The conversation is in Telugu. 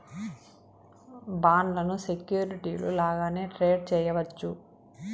బాండ్లను సెక్యూరిటీలు లాగానే ట్రేడ్ చేయవచ్చు